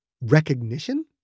recognition